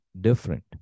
different